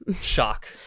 shock